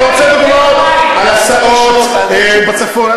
אתה רוצה דוגמאות על הסעות בצפון?